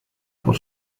por